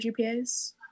GPAs